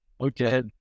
Okay